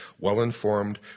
well-informed